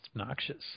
obnoxious